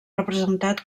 representat